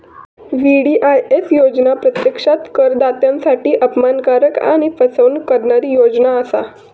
VDIS योजना प्रत्यक्षात करदात्यांसाठी अपमानकारक आणि फसवणूक करणारी योजना असा